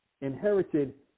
inherited